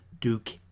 Duke